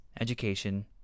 education